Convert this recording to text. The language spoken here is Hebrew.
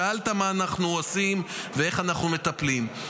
שאלת מה אנחנו עושים ואיך אנחנו מטפלים.